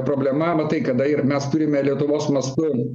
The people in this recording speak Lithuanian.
problema matai kada ir mes turime lietuvos mastu